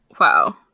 Wow